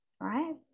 right